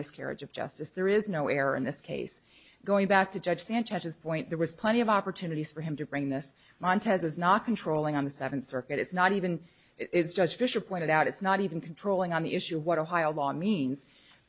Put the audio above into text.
miscarriage of justice there is no error in this case going back to judge sanchez's point there was plenty of opportunities for him to bring this montage is not controlling on the seventh circuit it's not even it's judge fisher pointed out it's not even controlling on the issue of what ohio law means